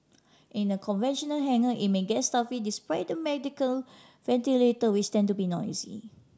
in a conventional hangar it may get stuffy despite the mechanical ventilator which tends to be noisy